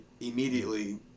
immediately